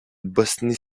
bosnie